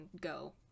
go